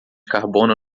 carbono